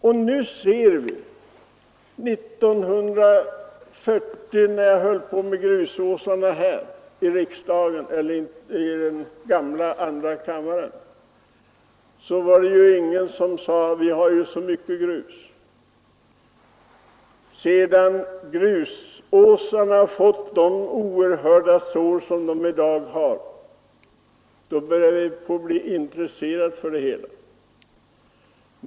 På 1940-talet när jag ägnade mig åt grusåsarna, i gamla andra kammaren, var det ingen som ville hjälpa mig men sade ”vi har så mycket grus”. Men sedan grusåsarna fått de oerhörda sår de har i dag började vi bli intresserade.